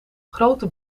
grote